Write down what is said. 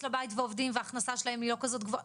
לבית ועובדים וההכנסה שלהם לא גבוהה,